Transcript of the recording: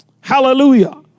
Hallelujah